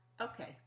okay